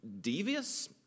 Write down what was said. devious